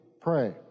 pray